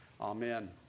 Amen